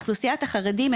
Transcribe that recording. אוכלוסיית החרדים,